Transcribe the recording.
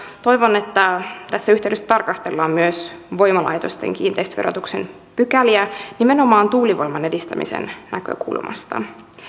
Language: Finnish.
toivon että tässä yhteydessä tarkastellaan myös voimalaitosten kiinteistöverotuksen pykäliä nimenomaan tuulivoiman edistämisen näkökulmasta